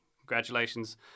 Congratulations